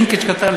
לינקג' קטן,